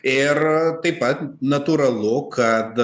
ir taip pat natūralu kad